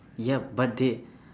ya but they